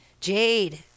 Jade